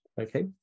Okay